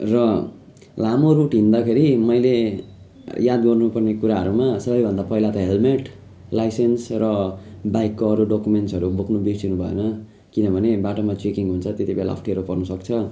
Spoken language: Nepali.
र लामो रुट हिँड्दाखेरि मैले याद गर्नुपर्ने कुराहरूमा सबैभन्दा पहिला त हेलमेट लाइसेन्स र बाइकको अरू डकुमेन्ट्सहरू बोक्नु बिर्सिनु भएन किनभने बाटोमा चेकिङ हुन्छ त्यतिबेला अप्ठ्यारो पर्न सक्छ